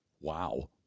Wow